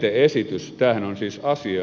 tämä on kyllä